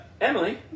Emily